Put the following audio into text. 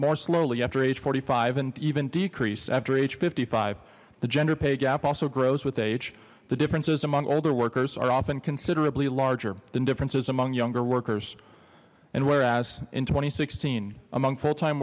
more slowly after age forty five and even decrease after age fifty five the gender pay gap also grows with age the differences among older workers are often considerably larger than differences among younger workers and whereas in two thousand and sixteen among full time